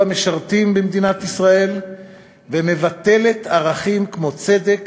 המשרתים במדינת ישראל ומבטלים ערכים כמו צדק,